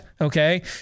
Okay